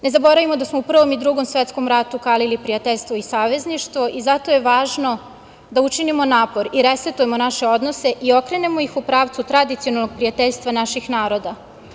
Ne zaboravimo da smo u Prvom i Drugom svetskom ratu kalili prijateljstvo i savezništvo i zato je važno da učinimo napor i resetujemo naše odnose i okrenemo ih u pravcu tradicionalnog prijateljstva naših naroda.